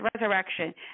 resurrection